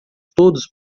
todos